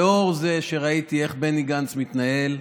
לאור זה שראיתי איך בני גנץ מתנהל,